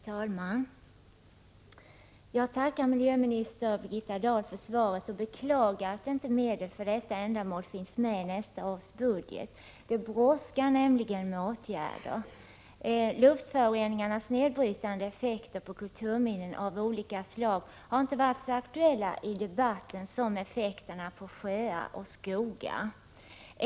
Herr talman! Jag tackar miljöminister Birgitta Dahl för svaret och beklagar att inte medel för detta ändamål finns med i nästa års budget. Det brådskar nämligen med åtgärder. Luftföroreningarnas nedbrytande effekter på kulturminnen av olika slag har inte varit så aktuella i debatten som effekterna på sjöar och skogar.